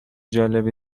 جالب